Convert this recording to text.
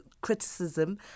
criticism